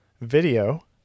video